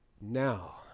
Now